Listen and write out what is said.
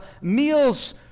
meals